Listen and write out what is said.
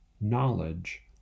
knowledge